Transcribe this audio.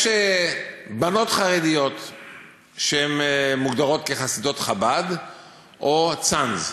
יש בנות חרדיות שמוגדרות כחסידות חב"ד או צאנז,